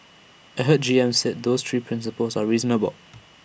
I heard G M said those three principles are reasonable